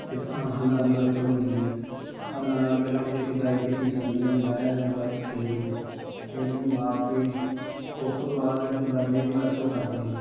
ਜਿਸ ਤਰ੍ਹਾਂ ਹੱਲਾਂ ਦੀ ਵਰਤੋਂ ਹੁੰਦੀ ਹੈ ਹੱਲਾਂ ਨਾਲ਼ ਪਹਿਲਾਂ ਉਹਦੀ ਖੁਦਾਈ ਕੀਤੀ ਜਾਂਦੀ ਉਹਨੂੰ ਵਾਹਿਆ ਜਾਂਦਾ ਖੇਤ ਨੂੰ ਖੇਤ ਨੂੰ ਵਾਹ ਕੇ ਉਸ ਤੋਂ ਬਾਅਦ ਅਸੀਂ ਬਰਮੇ ਦੀ ਵਰਤੋਂ ਕਰਦੇ ਹਾਂ